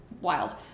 wild